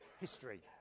history